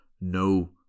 no